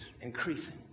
increasing